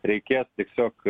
reikės tiesiog